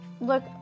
Look